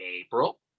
April